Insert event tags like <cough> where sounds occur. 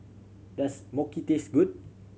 does <unintelligible> taste good